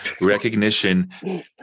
recognition